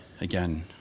again